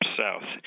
south